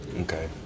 okay